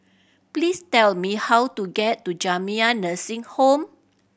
please tell me how to get to Jamiyah Nursing Home